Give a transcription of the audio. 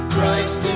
Christ